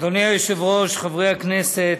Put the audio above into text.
היושב-ראש, חברי הכנסת,